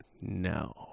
No